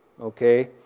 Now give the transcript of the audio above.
Okay